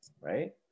right